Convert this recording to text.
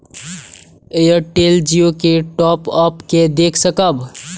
Airtel Jio के top up के देख सकब?